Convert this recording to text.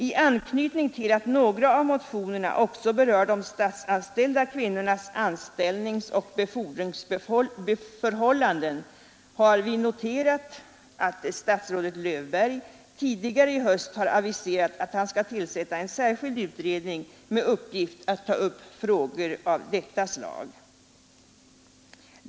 I anknytning till att några av motionerna också berör de statsanställda kvinnornas anställningsoch befordringsförhållanden har vi noterat att statsrådet Löfberg tidigare i höst har aviserat att han skall tillsätta en särskild utredning med uppgift att ta upp frågor av detta slag.